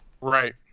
right